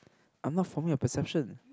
I'm not forming a perception